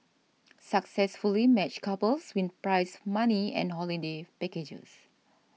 successfully matched couples win prize money and holiday packages